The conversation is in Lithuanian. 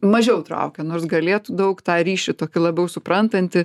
mažiau traukia nors galėtų daug tą ryšį tokį labiau suprantantį